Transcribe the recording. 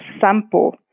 sample